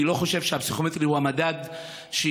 אני לא חושב שהפסיכומטרי הוא המדד שיחליט